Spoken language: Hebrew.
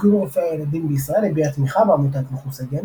איגוד רופאי הילדים בישראל הביע תמיכה בעמותת מחוסגן